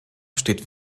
steht